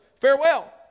Farewell